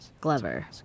Glover